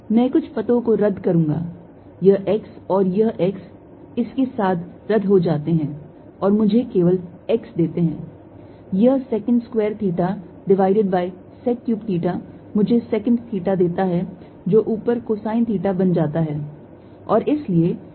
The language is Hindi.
मैं कुछ पदों को रद्द करूंगा यह x और यह x इसके साथ रद्द हो जाते हैं और मुझे केवल x देते हैं यह secant square theta divided by sec cube theta मुझे secant theta देता है जो ऊपर cosine theta बन जाता है